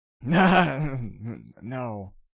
No